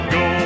go